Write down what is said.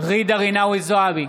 ג'ידא רינאוי זועבי,